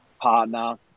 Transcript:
partner